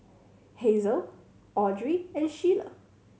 Hazle Audry and Sheyla